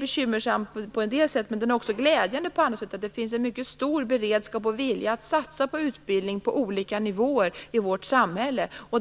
bekymmersam i vissa avseenden, men den är också glädjande så till vida att det finns en mycket stor beredskap och vilja att satsa på utbildning på olika nivåer i vårt samhälle.